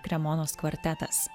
kremonos kvartetas